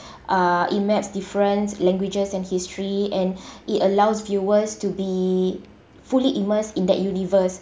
uh it maps different languages and history and it allows viewers to be fully immersed in that universe